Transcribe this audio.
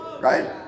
right